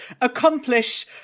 accomplish